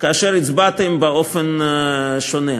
שהצבעתם באופן שונה.